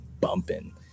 bumping